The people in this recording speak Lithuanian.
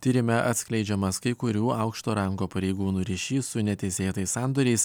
tyrime atskleidžiamas kai kurių aukšto rango pareigūnų ryšys su neteisėtais sandoriais